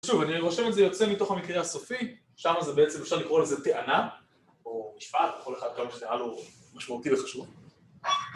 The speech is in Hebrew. שוב, אני רושם את זה יוצא מתוך המקרה הסופי, שם זה בעצם, אפשר לקרוא לזה טענה או משפט, כל אחד, כל מי שזה נראה לו משמעותי וחשוב